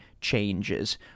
changes